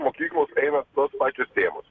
mokyklos eina tos pačios tėmos